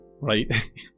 right